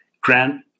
grant